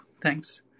thanks